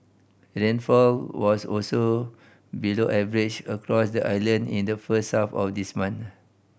rainfall was also below average across the island in the first half of this month